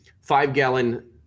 five-gallon